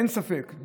אין ספק,